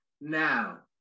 Now